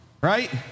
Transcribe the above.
Right